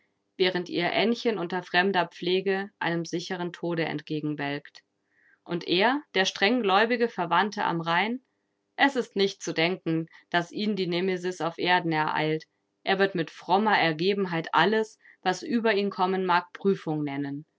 während ihr aennchen unter fremder pflege einem sicheren tode entgegenwelkt und er der strenggläubige verwandte am rhein es ist nicht zu denken daß ihn die nemesis auf erden ereilt er wird mit frommer ergebenheit alles was über ihn kommen mag prüfung nennen